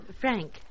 Frank